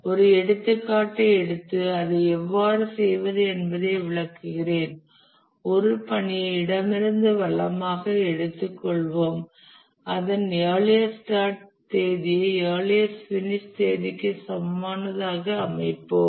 ஒரு எடுத்துக்காட்டை எடுத்து அதை எவ்வாறு செய்வது என்பதை விளக்குகிறேன் ஒரு பணியை இடமிருந்து வலமாக எடுத்துக்கொள்வோம் அதன் இயர்லியஸ்ட் ஸ்டார்ட் தேதியை இயர்லியஸ்ட் பினிஷ் தேதிக்கு சமமானதாக அமைப்போம்